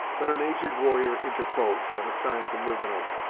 but an aged warrior interposed, at a sign from rivenoak.